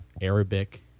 Arabic